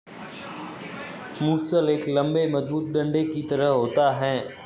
मूसल एक लम्बे मजबूत डंडे की तरह होता है